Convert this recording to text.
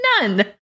None